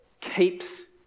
keeps